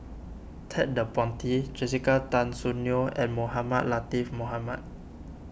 Ted De Ponti Jessica Tan Soon Neo and Mohamed Latiff Mohamed